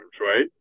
right